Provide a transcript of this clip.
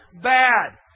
bad